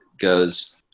goes